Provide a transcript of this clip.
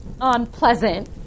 unpleasant